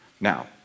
Now